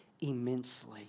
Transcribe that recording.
immensely